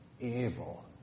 evil